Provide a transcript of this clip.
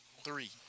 three